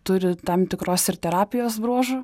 turi tam tikros ir terapijos bruožų